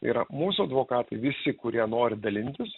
yra mūsų advokatai visi kurie nori dalintis